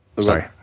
sorry